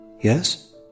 Yes